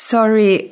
Sorry